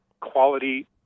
quality